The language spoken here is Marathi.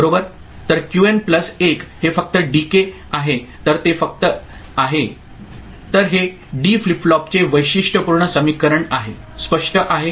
तर क्यूएन प्लस 1 हे फक्त डीके आहे तर ते फक्त आहे तर हे डी फ्लिप फ्लॉपचे वैशिष्ट्यपूर्ण समीकरण आहे स्पष्ट आहे